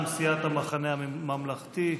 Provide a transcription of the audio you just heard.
השקר הוא לא, מטעם סיעת המחנה הממלכתי.